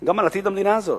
גם לעתיד המדינה הזאת.